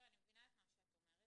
אני מבינה מה את אומרת.